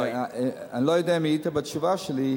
אני לא יודע אם היית בזמן התשובה שלי.